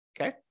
Okay